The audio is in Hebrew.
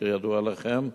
כידוע לכם,